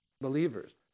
believers